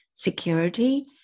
security